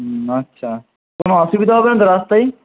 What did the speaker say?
হুম আচ্ছা কোনও অসুবিধা হবে না তো রাস্তায়